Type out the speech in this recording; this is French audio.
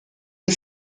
les